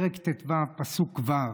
פרק ט"ו פסוק ו',